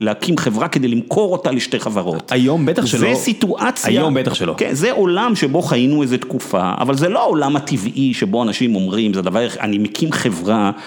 להקים חברה כדי למכור אותה לשתי חברות. היום בטח שלא. זה סיטואציה, היום בטח שלא. זה עולם שבו חיינו איזו תקופה, אבל זה לא העולם הטבעי שבו אנשים אומרים, אני מקים חברה.